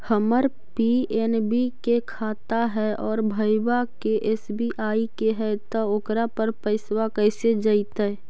हमर पी.एन.बी के खाता है और भईवा के एस.बी.आई के है त ओकर पर पैसबा कैसे जइतै?